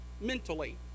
mentally